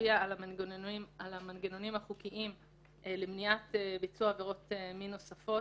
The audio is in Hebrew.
ישפיע על המנגנונים החוקיים למניעת ביצוע עבירות מין נוספות.